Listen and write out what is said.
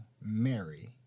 Mary